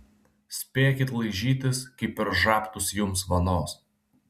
spėkit laižytis kai per žabtus jums vanos